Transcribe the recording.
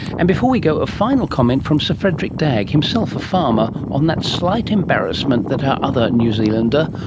and before we go, a final comment from sir frederick dagg, himself a farmer, on that slight embarrassment that our other new zealander,